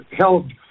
held